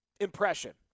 impression